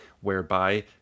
whereby